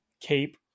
Cape